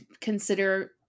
consider